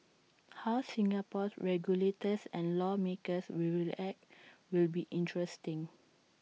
how Singapore's regulators and lawmakers will react will be interesting